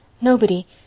Nobody